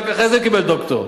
ורק אחרי זה קיבל "דוקטור".